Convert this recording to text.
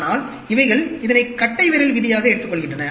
ஆனால் இவைகள் இதனை கட்டைவிரல் விதியாக எடுத்துக்கொள்கின்றன